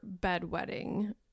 bedwetting